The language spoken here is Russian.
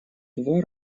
два